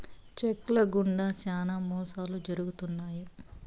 check ల గుండా శ్యానా మోసాలు జరుగుతున్నాయి